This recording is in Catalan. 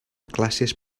classes